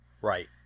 right